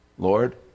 Lord